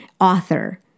author